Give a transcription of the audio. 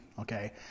okay